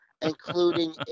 including